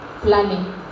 Planning